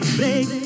break